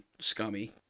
scummy